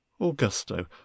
augusto